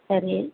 சரி